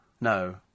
No